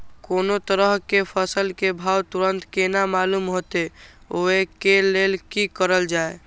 कोनो तरह के फसल के भाव तुरंत केना मालूम होते, वे के लेल की करल जाय?